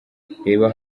reba